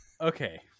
okay